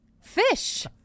fish